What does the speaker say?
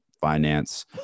finance